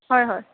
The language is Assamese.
হয় হয়